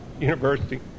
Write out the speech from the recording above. University